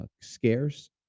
scarce